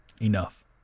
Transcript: Enough